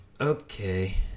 Okay